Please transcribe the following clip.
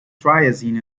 triazine